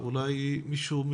אורי.